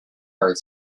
heart